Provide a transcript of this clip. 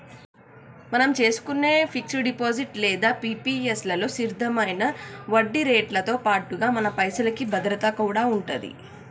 మనం చేసుకునే fix deposit లేదా పి.పి.ఎస్ లలో స్థిరమైన వడ్డీరేట్లతో పాటుగా మన పైసలకి భద్రత కూడా ఉంటది